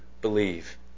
believe